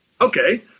Okay